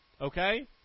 Okay